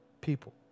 people